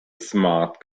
smart